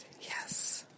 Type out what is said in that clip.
Yes